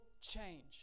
change